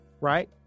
Right